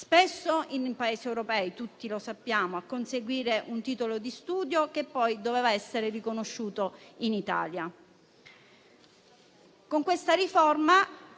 spesso in Paesi europei - tutti lo sappiamo - a conseguire un titolo di studio che poi doveva essere riconosciuto in Italia.